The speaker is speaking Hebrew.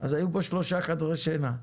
אז היו בו שלושה חדרי שינה,